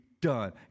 done